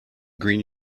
green